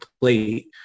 plate